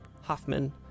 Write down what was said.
Hoffman